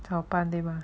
the open day mah